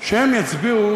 שהם יצביעו